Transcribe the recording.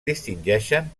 distingeixen